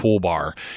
toolbar